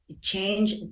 change